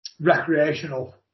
recreational